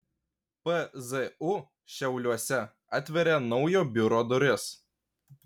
pzu šiauliuose atveria naujo biuro duris